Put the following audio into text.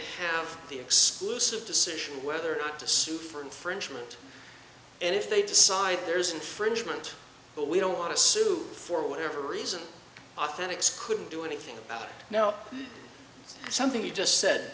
have the exclusive decision whether or not to sue for infringement and if they decide there is infringement but we don't want to sue for whatever reason often exclude do anything about now something you just said